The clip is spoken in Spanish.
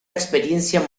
experiencia